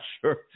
sure